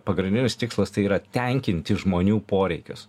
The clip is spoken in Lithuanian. pagrindinis tikslas tai yra tenkinti žmonių poreikius